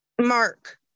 mark